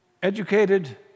Educated